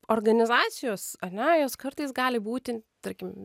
organizacijos ar ne jos kartais gali būti tarkim